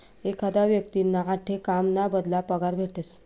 एखादा व्यक्तींना आठे काम ना बदला पगार भेटस